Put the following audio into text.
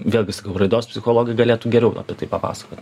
vėlgi sakau raidos psichologai galėtų geriau apie tai papasakot